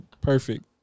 perfect